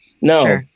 No